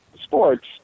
sports